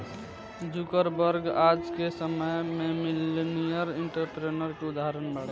Zuckerberg आज के समय में मिलेनियर एंटरप्रेन्योर के उदाहरण बाड़े